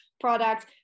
products